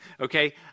Okay